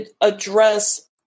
address